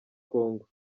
congo